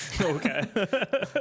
Okay